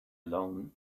alone